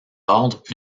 ordres